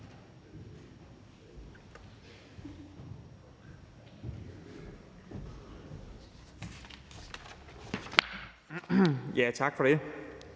Tak for det.